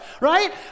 right